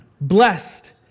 Blessed